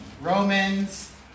Romans